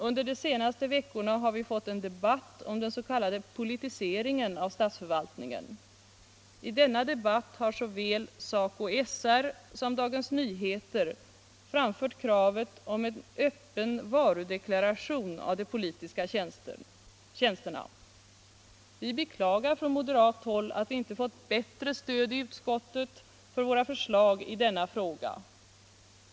Under de senaste veckorna har vi fått en debatt om den s.k. politiseringen av statsförvaltningen. I denna debatt har såväl SACO/SR som Dagens Nyheter framfört kravet på en öppen varudeklaration av de politiska tjänsterna. Från moderat håll beklagar vi att vi inte fått bättre stöd i utskottet för våra förslag i denna fråga.